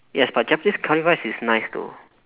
yes but japanese curry rice is nice though